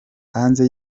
hanze